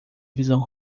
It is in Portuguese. visão